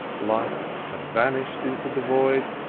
life had vanished into the void,